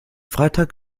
freitag